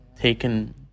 taken